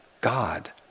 God